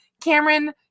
Cameron